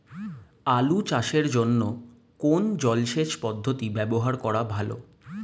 আলু চাষের জন্য কোন জলসেচ পদ্ধতি ব্যবহার করা ভালো?